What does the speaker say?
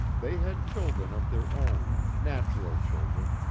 they had children of their own, natural children,